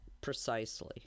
Precisely